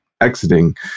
Exiting